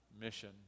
mission